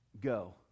go